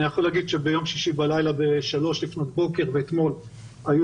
אני יכול להגיד שביום שישי בשלוש לפנות בוקר ואתמול היו